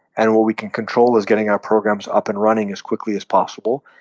and what we can control is getting our programs up and running as quickly as possible.